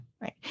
right